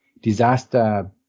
disaster